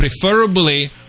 preferably